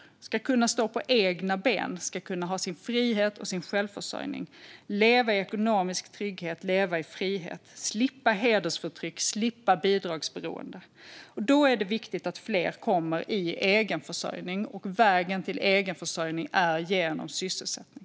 De ska kunna stå på egna ben, ha sin frihet och sin självförsörjning, leva i ekonomisk trygghet, leva i frihet, slippa hedersförtryck och slippa bidragsberoende. Då är det viktigt att fler kommer i egenförsörjning, och vägen till egenförsörjning är genom sysselsättning.